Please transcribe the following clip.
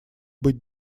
быть